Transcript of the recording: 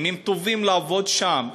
אם הם טובים לעבוד שם,